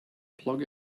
plug